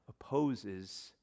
opposes